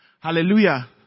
Hallelujah